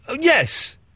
Yes